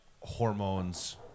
hormones